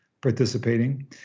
participating